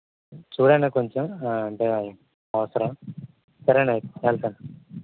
చూడన్న కొంచెం అంటే అవసరం సరే అన్న వెళ్తాను